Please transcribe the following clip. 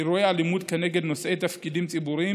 אירועי אלימות כנגד נושאי תפקידים ציבוריים